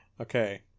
Okay